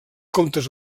comptes